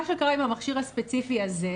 מה שקרה עם המכשיר הספציפי הזה,